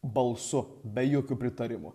balsu be jokio pritarimo